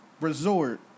resort